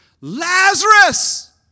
Lazarus